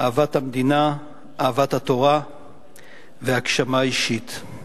אהבת המדינה, אהבת התורה והגשמה אישית.